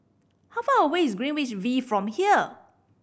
how far away is Greenwich V from here